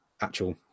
actual